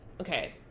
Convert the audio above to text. okay